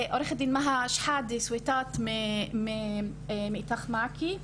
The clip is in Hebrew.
ועו"ד מהא שחאדה סויטאת מאיתך מעכי.